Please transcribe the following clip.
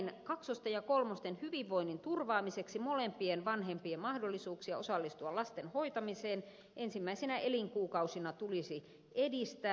kaksosten ja kolmosten hyvinvoinnin turvaamiseksi molempien vanhempien mahdollisuuksia osallistua lasten hoitamiseen ensimmäisinä elinkuukausina tulisi edistää